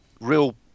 real